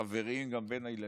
חבריים, גם בין הילדים.